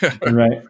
Right